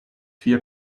vier